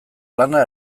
lana